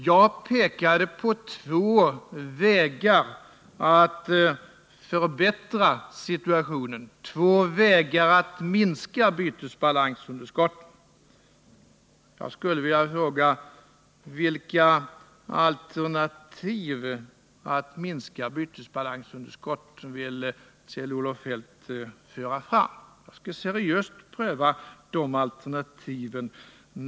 Jag pekade på två vägar att förbättra situationen, att minska bytesbalansunderskottet, och jag skulle vilja fråga: Vilka alternativ för att minska bytesbalansunderskottet vill Kjell-Olof Feldt föra fram? De alternativen skall jag seriöst pröva.